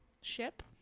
ship